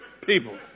people